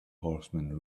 horseman